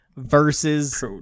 versus